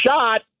shot